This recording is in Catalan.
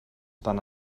tant